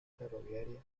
ferroviaria